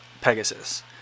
Pegasus